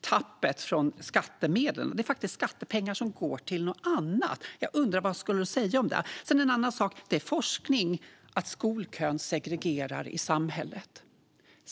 tappet från skattemedlen skulle motsvara. Det är faktiskt skattepengar som går till något annat. Jag undrar vad de skulle säga om det. Det är också så att forskning visar att skolkön segregerar i samhället.